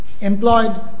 employed